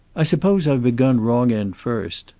i suppose i've begun wrong end first.